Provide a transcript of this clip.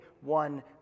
one